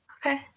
okay